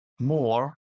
more